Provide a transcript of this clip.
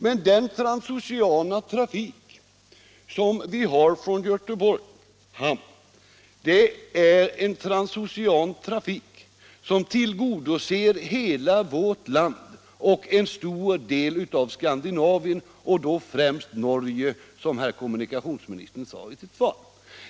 Men den transoceana trafik som vi har från Göteborgs hamn tillgodoser hela vårt land och en stor del av Skandinavien, främst då Norge, som herr kommunikationsministern sade i sitt svar.